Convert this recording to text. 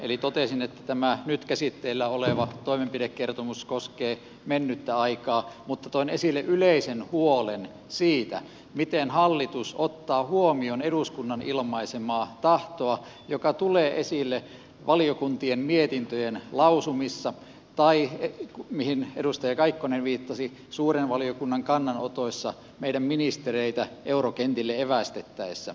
eli totesin että tämä nyt käsitteillä oleva toimenpidekertomus koskee mennyttä aikaa mutta toin esille yleisen huolen siitä miten hallitus ottaa huomioon eduskunnan ilmaisemaa tahtoa joka tulee esille valiokuntien mietintöjen lausumissa tai mihin edustaja kaikkonen viittasi suuren valiokunnan kannanotoissa meidän ministereitämme eurokentille evästettäessä